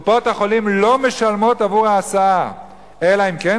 קופות-החולים לא משלמות עבור ההסעה אלא אם כן